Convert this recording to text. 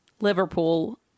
Liverpool